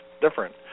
different